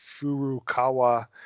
Furukawa